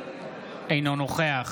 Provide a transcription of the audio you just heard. אינו נוכח